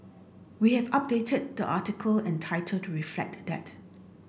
we have updated the article and title to reflect that